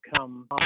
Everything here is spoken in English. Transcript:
come